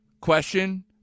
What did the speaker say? question